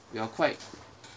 you're quite